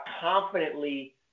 confidently